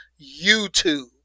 YouTube